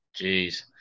Jeez